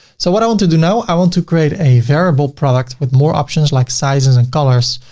so what i want to do now. i want to create a variable products with more options, like sizes and colors.